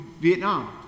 Vietnam